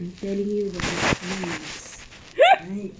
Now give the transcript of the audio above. I'm telling you about this ants right